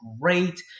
great